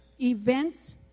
events